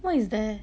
why is there